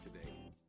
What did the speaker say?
today